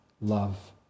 love